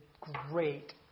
great